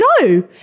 no